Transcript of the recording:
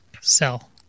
Sell